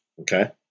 okay